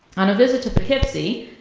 on a visit to poughkeepsie,